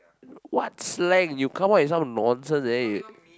what slang you come up with some nonsense then you